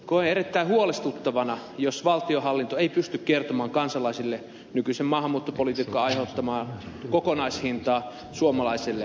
koen erittäin huolestuttavana jos valtionhallinto ei pysty kertomaan kansalaisille nykyisen maahanmuuttopolitiikan aiheuttamaa kokonaishintaa suomalaiselle yhteiskunnalle